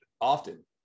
often